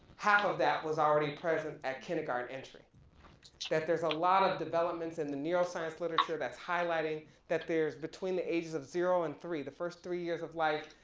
half of that was already present at kindergarten entry that there's a lot of developments in the neuroscience literature that's highlighting that there's between the ages of zero and three, the first three years of life,